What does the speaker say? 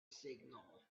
signal